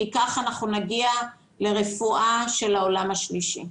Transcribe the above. כי ככה אנחנו נגיע לרפואה של העולם השלישי.